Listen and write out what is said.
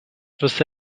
você